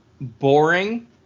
boring